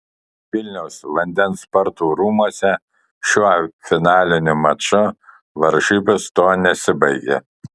vilniaus vandens sporto rūmuose šiuo finaliniu maču varžybos tuo nesibaigė